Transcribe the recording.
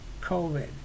COVID